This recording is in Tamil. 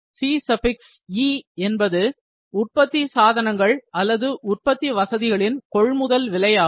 Ce என்பது உற்பத்தி சாதனங்கள் அல்லது உற்பத்தி வசதிகளின் கொள்முதல் விலை ஆகும்